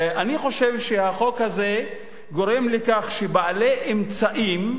אני חושב שהחוק הזה גורם לכך שבעלי אמצעים,